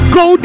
go